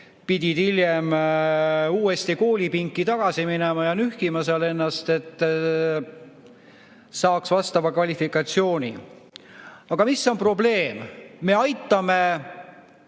pidid hiljem uuesti koolipinki tagasi minema ja nühkima seal ennast, et saaks vastava kvalifikatsiooni. Aga mis on probleem? Me aitame ...